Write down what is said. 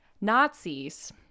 nazis